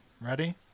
Ready